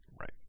Right